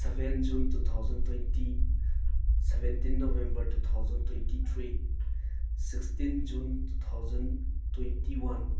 seven June two thousand twenty seventeen November two thousand twenty three sixteen June two thousand twenty one